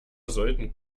sollten